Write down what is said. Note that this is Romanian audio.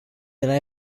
era